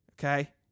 Okay